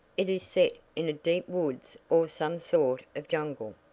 it is set in a deep woods or some sort of jungle.